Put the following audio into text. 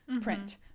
print